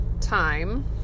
time